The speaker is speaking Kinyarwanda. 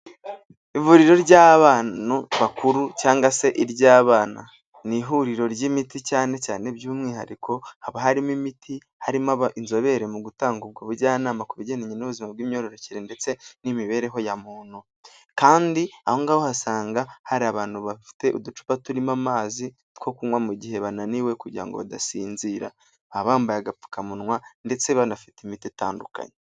Ivuriro ry'abantu bakuru cyangwa se iry'abana ni ihuriro ry'imiti cyane cyane by'umwihariko haba harimo imiti harimo inzobere mu gutanga ubwo bujyanama ku bijyanye n'ubuzima bw'imyororokere ndetse n'imibereho ya muntu kandi ahongaho usanga hari abantu bafite uducupa turimo amazi two kunywa mu gihe bananiwe kugira ngo badasinzira, ba bambaye agapfukamunwa ndetse banafite imiti itandukanye.